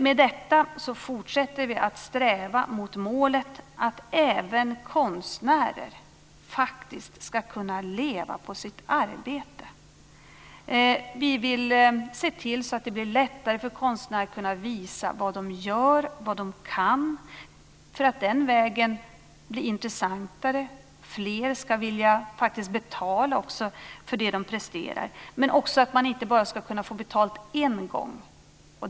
Med detta fortsätter vi att sträva mot målet att även konstnärer faktiskt ska kunna leva på sitt arbete. Vi vill se till att det blir lättare för konstnärer att visa vad de gör, vad de kan, för att den vägen bli intressantare. Fler ska faktiskt vilja betala för det de presterar. Men det handlar också om att man inte bara ska kunna få betalt en gång.